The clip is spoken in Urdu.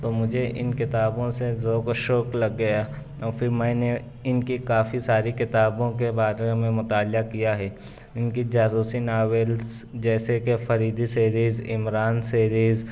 تو مجھے ان کتابوں سے ذوق و شوق لگ گیا تو پھر میں نے ان کی کافی ساری کتابوں کے بارے میں مطالعہ کیا ہے ان کی جاسوسی ناولس جیسے کہ فریدی سیریز عمران سیریز